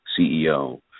CEO